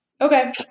Okay